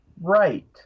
right